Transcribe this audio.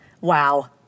Wow